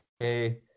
okay